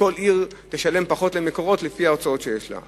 וכל עיר תשלם פחות ל"מקורות" לפי ההוצאות שיש לה.